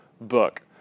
book